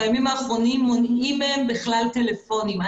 בימים האחרונים מונעים מהם בכלל טלפונים.